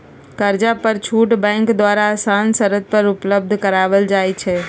कर्जा पर छुट बैंक द्वारा असान शरत पर उपलब्ध करायल जाइ छइ